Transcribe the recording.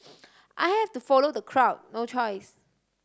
I have to follow the crowd no choice